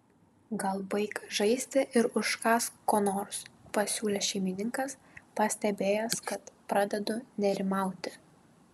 gal baik žaisti ir užkąsk ko nors pasiūlė šeimininkas pastebėjęs kad pradedu nerimauti